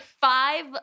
five